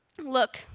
look